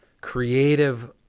creative